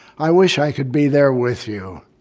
i wish i could be there with you.